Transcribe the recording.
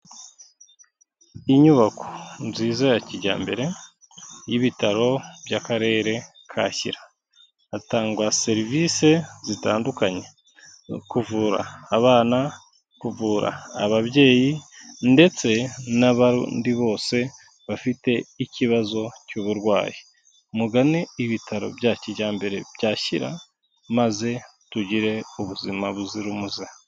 Inyubako nziza ya kijyambere y'ibitaro by'akarere ka Shyira, hatangwa serivisi zitandukanye, kuvura abana, kuvura ababyeyi, ndetse n'abarundi bose bafite ikibazo cy'uburwayi, mugane ibitaro bya kijyambere bya Shyira maze tugire ubuzima buzira umuze.